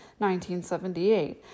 1978